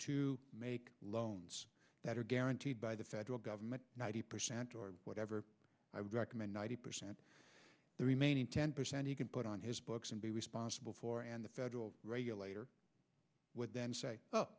to make loans that are guaranteed by the federal government ninety percent or whatever i would recommend ninety percent the remaining ten percent he can put on his books and be responsible for and the federal regulator would then say o